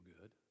good